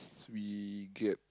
we get